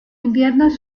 inviernos